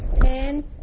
ten